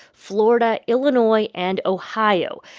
florida, illinois and ohio.